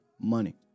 money